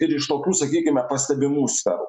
ir iš tokių sakykime pastebimų sferų